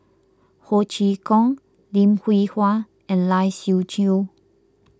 Ho Chee Kong Lim Hwee Hua and Lai Siu Chiu